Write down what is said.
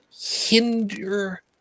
hinder